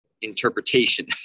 interpretation